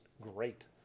great